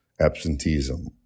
absenteeism